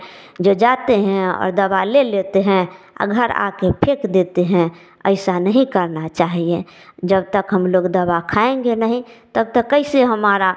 जो जाते हैं और दवा ले लेते हैं आ घर आकर फेंक देते हैं ऐसा नहीं करना चाहिए जब तक हम लोग दवा खाएँगे नहीं तब तक कैसे हमारा